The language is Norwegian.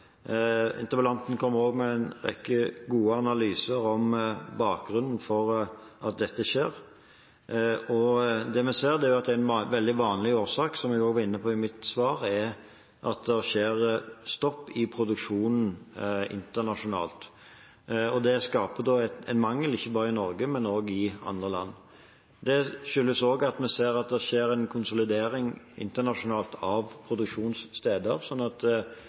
Interpellanten kom også med en rekke gode analyser om bakgrunnen for at dette skjer, og det vi ser, er at en veldig vanlig årsak, – som jeg også var inne på i mitt svar – er at det blir stopp i produksjonen internasjonalt. Det skaper da en mangel ikke bare i Norge, men også i andre land. Det skyldes også at vi ser at det skjer en konsolidering internasjonalt av produksjonssteder, sånn at